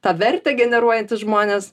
tą vertę generuojantys žmonės